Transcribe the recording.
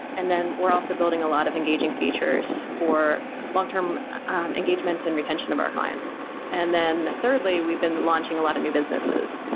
and then we're also building a lot of engaging features for long-term engagement and retention of our clients and then thirdly, we've been launching a lot of new businesses.